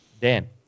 Dan